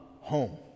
home